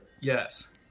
Yes